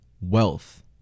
Wealth